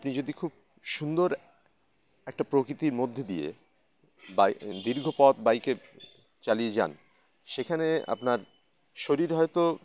আপনি যদি খুব সুন্দর একটা প্রকৃতির মধ্যে দিয়ে দীর্ঘপথ বাইকে চালিয়ে যান সেখানে আপনার শরীর হয়তো